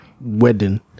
wedding